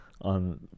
on